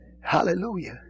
Hallelujah